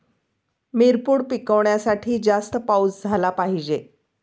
मिरपूड पिकवण्यासाठी जास्त पाऊस झाला पाहिजे